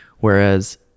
Whereas